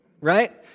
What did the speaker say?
Right